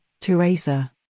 Teresa